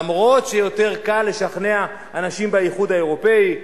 למרות שיותר קל לשכנע אנשים באיחוד האירופי,